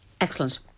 Excellent